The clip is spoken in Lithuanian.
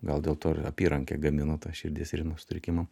gal dėl to ir apyrankę gamino tą širdies ritmo sutrikimam